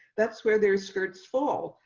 that's where their skirts fall,